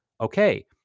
okay